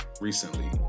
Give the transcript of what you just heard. Recently